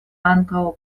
ankaŭ